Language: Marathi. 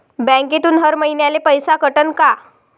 बँकेतून हर महिन्याले पैसा कटन का?